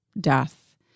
death